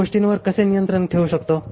त्या गोष्टींवर कसे नियंत्रण ठेवू शकतो